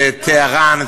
זה טהרן,